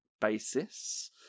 basis